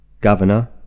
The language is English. governor